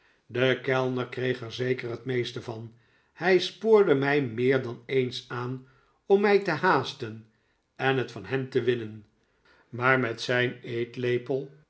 de kellner kreeg er zeker het meeste van hij spoorde mij meer dan eens aan om mij te haasten en het van hem te winnen maar met zijn eetlepel